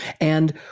And-